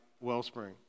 Wellspring